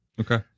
okay